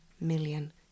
million